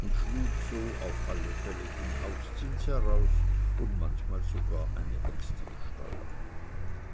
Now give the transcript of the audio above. und schlug so auf alle fälle den hauszins heraus manchmal sogar eine extrasteuer